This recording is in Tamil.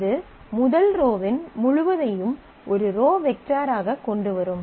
இது முதல் ரோவின் முழுவதையும் ஒரு ரோ வெக்டராக கொண்டுவரும்